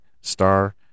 star